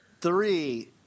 Three